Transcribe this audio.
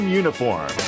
uniform